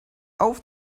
auf